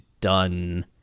done